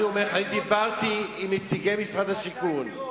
אני אומר לך, אני דיברתי עם נציגי משרד השיכון.